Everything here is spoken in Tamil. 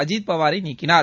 அஜித் பாவரை நீக்கினார்